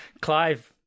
Clive